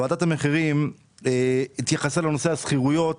ועדת המחירים התייחסה לנושא השכירויות